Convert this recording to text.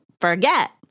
forget